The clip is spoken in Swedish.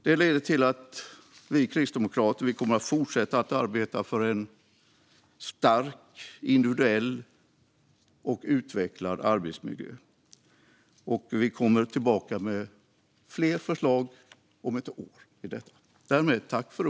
Detta leder till att vi kristdemokrater kommer att fortsätta att arbeta för en stark, individuell och utvecklad arbetsmiljö. Vi kommer tillbaka med fler förslag om ett år.